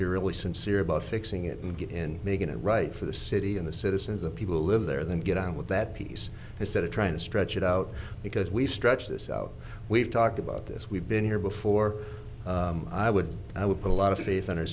you're really sincere about fixing it and get in making it right for the city and the citizens of people who live there then get on with that piece i said of trying to stretch it out because we stretch this out we've talked about this we've been here before i would i would put a lot of faith in our